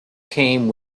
came